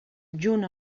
junt